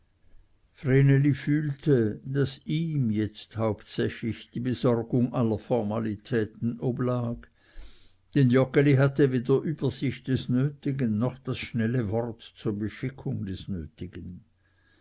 vreneli fühlte daß ihm jetzt hauptsächlich die besorgung aller formalitäten oblag denn joggeli hatte weder übersicht des nötigen noch das schnelle wort zur beschickung des nötigen